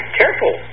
careful